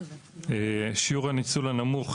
שיעור הניצול הנמוך,